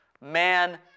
Man